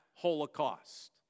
Holocaust